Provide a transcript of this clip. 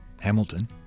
Hamilton